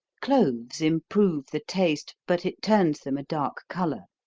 cloves improve the taste, but it turns them a dark color.